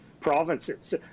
provinces